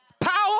Power